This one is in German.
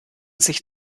sich